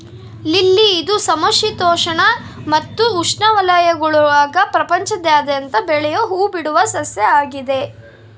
lily ಇದು ಸಮಶೀತೋಷ್ಣ ಮತ್ತು ಉಷ್ಣವಲಯಗುಳಾಗ ಪ್ರಪಂಚಾದ್ಯಂತ ಬೆಳಿಯೋ ಹೂಬಿಡುವ ಸಸ್ಯ ಆಗಿದೆ